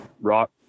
rock